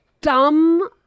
dumb